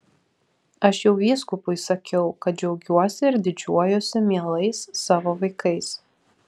aš jau vyskupui sakiau kad džiaugiuosi ir didžiuojuosi mielais savo vaikais